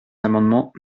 l’amendement